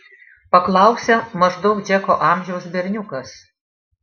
paklausė maždaug džeko amžiaus berniukas